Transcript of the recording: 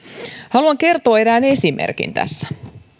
haluan kertoa erään esimerkin tässä